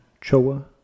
Choa